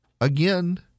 again